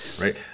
right